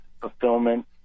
fulfillment